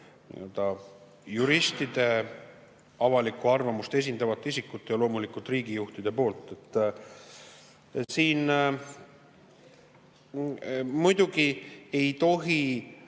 juristide, avalikku arvamust esindavate isikute ja loomulikult riigijuhtide poolt. Muidugi ei tohi